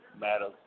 matters